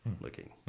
looking